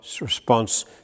response